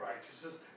righteousness